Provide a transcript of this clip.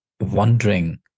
wondering